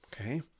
okay